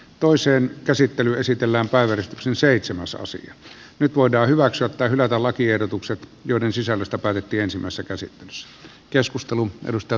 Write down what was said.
toiseen käsittelyyn esitellään päivät on seitsemäsosan nyt voidaan hyväksyä tai hylätä lakiehdotukset joiden sisällöstä päätettiin ensimmäisessä käsittelyssä